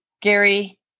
Gary